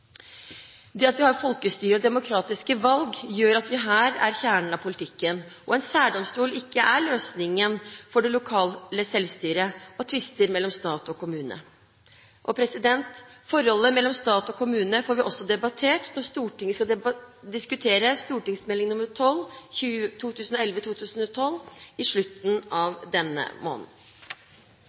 Det at vi har folkestyre og demokratiske valg, gjør at vi her er ved kjernen av politikken. En særdomstol er ikke løsningen for det lokale selvstyret og tvister mellom stat og kommune. Forholdet mellom stat og kommune får vi debattert når Stortinget skal diskutere Meld. St. nr. 12 for 2011–2012 i slutten av denne måneden.